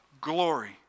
glory